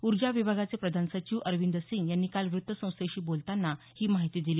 ऊर्जा विभागाचे प्रधान सचिव अरविंद सिंग यांनी काल व्रत्तसंस्थेशी बोलतांना ही माहिती दिली